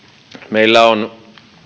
meillä on